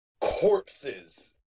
corpses